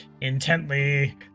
intently